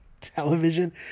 television